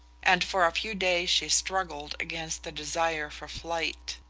and for a few days she struggled against the desire for flight.